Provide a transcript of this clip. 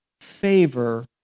favor